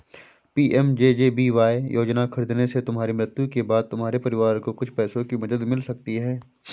PMJJBY योजना खरीदने से तुम्हारी मृत्यु के बाद तुम्हारे परिवार को कुछ पैसों की मदद मिल सकती है